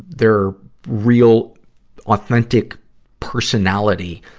their real authentic personality,